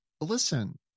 Listen